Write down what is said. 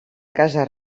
casa